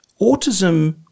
autism